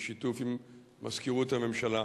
בשיתוף עם מזכירות הממשלה,